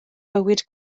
bywyd